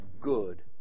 good